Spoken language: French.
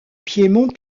piémont